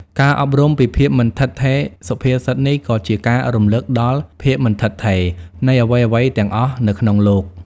ការអប់រំពីភាពមិនឋិតថេរសុភាសិតនេះក៏ជាការរំលឹកដល់ ភាពមិនឋិតថេរ នៃអ្វីៗទាំងអស់នៅក្នុងលោក។